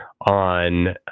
on